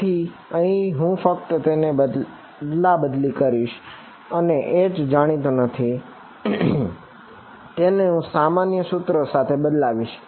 તેથી અહીં ફક્ત હું તેની અદલાબદલી કરીશ અને H જે જાણીતો નથી તેને હું સામાન્ય સૂત્રો સાથે બદલાવીશ